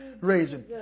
raising